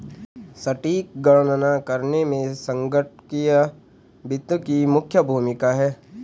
सटीक गणना करने में संगणकीय वित्त की मुख्य भूमिका है